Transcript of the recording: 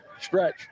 Stretch